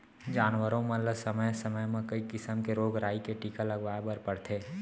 जानवरों मन ल समे समे म कई किसम के रोग राई के टीका लगवाए बर परथे